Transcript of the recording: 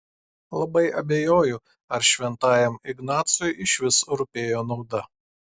labai abejoju ar šventajam ignacui išvis rūpėjo nauda